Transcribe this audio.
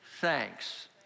thanks